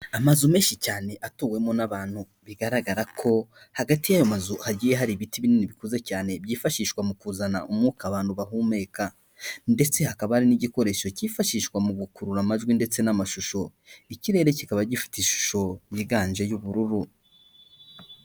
Amazu menshi cyane atuwemo n'abantu, bigaragara ko hagati y'ayo mazu hagiye hari ibiti binini bikuze cyane byifashishwa mu kuzana umwuka abantu bahumeka ndetse hakaba ari n'igikoresho cyifashishwa mu gukurura amajwi ndetse n'amashusho, ikirere kikaba gifite ishusho yiganje y'ubururu.